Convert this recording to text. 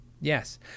Yes